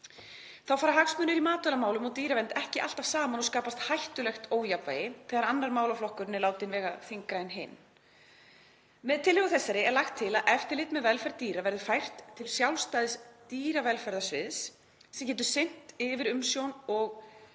Þá fara hagsmunir í matvælamálum og dýravernd ekki alltaf saman og skapast hættulegt ójafnvægi þegar annar málaflokkurinn er látinn vega þyngra en hinn. Með tillögu þessari er lagt til að eftirlit með velferð dýra verði fært til sjálfstæðs dýravelferðarsviðs sem getur sinnt yfirumsjón og